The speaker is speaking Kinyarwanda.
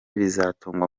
bizatangwa